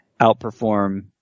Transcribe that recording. outperform